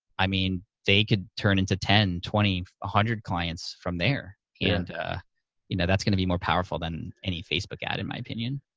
i mean, they could turn into ten, twenty, one hundred clients from there. and you know that's gonna be more powerful than any facebook ad, in my opinion.